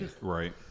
Right